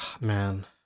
Man